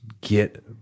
get